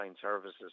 services